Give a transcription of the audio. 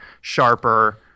sharper